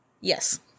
Yes